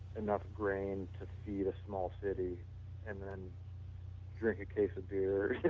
enough grain to feed a small city and then drink a case of beer.